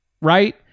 right